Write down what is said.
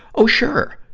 oh, sure.